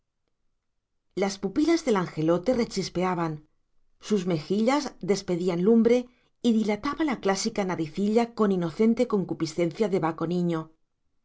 las pupilas del angelote rechispeaban sus mejillas despedían lumbre y dilataba la clásica naricilla con inocente concupiscencia de baco niño